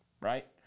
Right